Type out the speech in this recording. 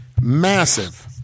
Massive